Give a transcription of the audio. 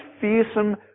fearsome